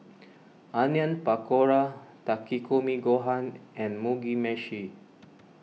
Onion Pakora Takikomi Gohan and Mugi Meshi